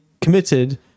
committed